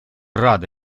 рады